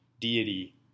deity